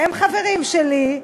הם חברים שלי,